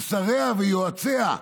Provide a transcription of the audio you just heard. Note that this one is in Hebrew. של שריה ויועציה.